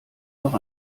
noch